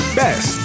best